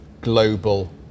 Global